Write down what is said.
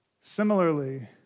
Similarly